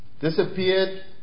Disappeared